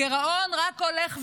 הגירעון רק הולך ומאמיר,